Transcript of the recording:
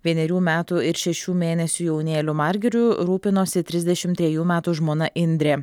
vienerių metų ir šešių mėnesių jaunėliu margiriu rūpinosi trisdešimt trejų metų žmona indrė